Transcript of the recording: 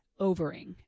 overing